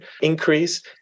increase